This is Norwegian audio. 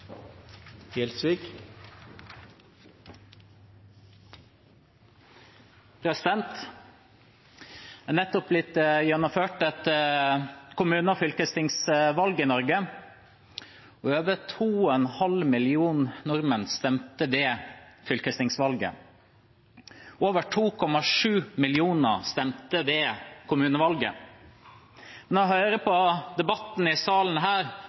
nettopp blitt gjennomført et kommune- og fylkestingsvalg i Norge. Over 2,5 millioner nordmenn stemte ved fylkestingsvalget, og over 2,7 millioner stemte ved kommunevalget. Når en hører på debatten i salen her